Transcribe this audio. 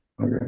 okay